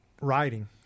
writing